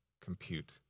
compute